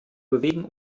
bewegen